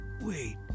Wait